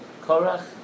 Korach